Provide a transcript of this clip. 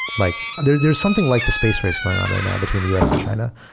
like there's there's something like the space race going on right now between the u s. and china,